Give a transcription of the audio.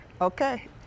okay